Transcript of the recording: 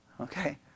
Okay